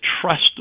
trust